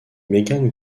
megan